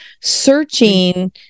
searching